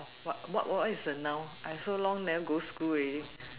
what what what is a noun I so long never go school already